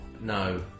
No